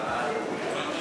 אני מבטל את ההצבעה